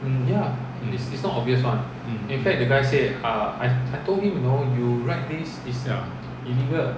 ya